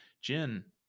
Jin